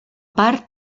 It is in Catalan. part